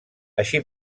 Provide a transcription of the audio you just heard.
així